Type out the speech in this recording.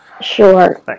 Sure